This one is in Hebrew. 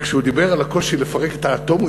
וכשהוא דיבר על הקושי לפרק את האטום,